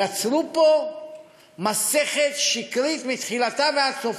יצרו פה מסכת שקרית מתחילתה ועד סופה.